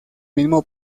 mismo